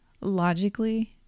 logically